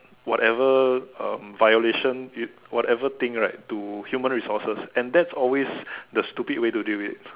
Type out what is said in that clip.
whatever um violation you whatever thing right to human resources and that's always the stupid way to deal with